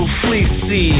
fleecy